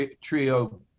Trio